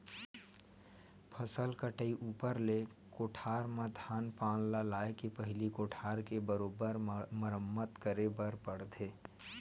फसल कटई ऊपर ले कठोर म धान पान ल लाए के पहिली कोठार के बरोबर मरम्मत करे बर पड़थे